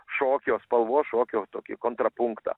šokio spalvos šokio tokį kontrapunktą